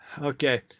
Okay